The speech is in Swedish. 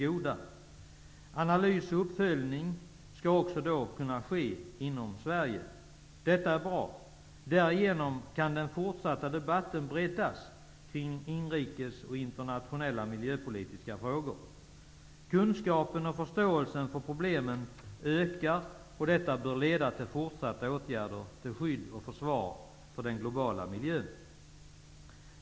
Analys och uppföljning skall kunna ske inom Sverige, vilket är bra. Därigenom kan den fortsatta debatten kring nationella och internationella miljöpolitiska frågor breddas. Kunskapen om och förståelsen för problemen ökar. Detta bör leda till fortsatta åtgärder till skydd för och försvar av den globala miljön.